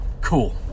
cool